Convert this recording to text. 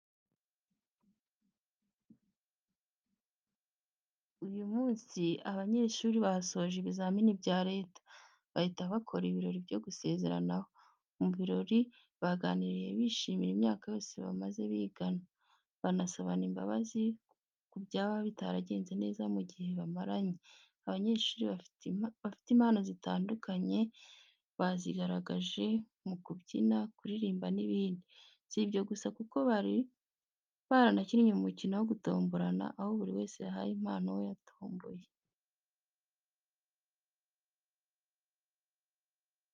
Uyu munsi, abanyeshuri basoje ibizamini bya Leta, bahita bakora ibirori byo gusezeranaho. Mu birori, baganiriye bishimira imyaka yose bamaze bigana, banasabana imbabazi ku byaba bitaragenze neza mu gihe bamaranye. Abanyeshuri bafite impano zitandukanye bazigaragaje mu kubyina, kuririmba n’ibindi. Si ibyo gusa, kuko bari baranakinnye umukino wo gutomborana, aho buri wese yahaye impano uwo yatomboye.